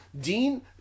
Dean